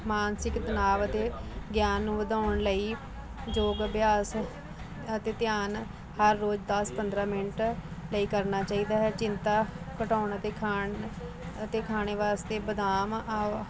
ਮਾਨਸਿਕ ਤਨਾਵ ਅਤੇ ਗਿਆਨ ਨੂੰ ਵਧਾਉਣ ਲਈ ਯੋਗ ਅਭਿਆਸ ਅਤੇ ਧਿਆਨ ਹਰ ਰੋਜ਼ ਦਸ ਪੰਦਰ੍ਹਾਂ ਮਿੰਟ ਲਈ ਕਰਨਾ ਚਾਹੀਦਾ ਹੈ ਚਿੰਤਾ ਘਟਾਉਣ ਅਤੇ ਖਾਣ ਅਤੇ ਖਾਣੇ ਵਾਸਤੇ ਬਦਾਮ ਆ